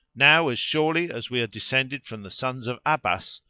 now, as surely as we are descended from the sons of abbas,